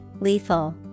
lethal